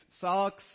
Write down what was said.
socks